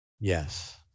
Yes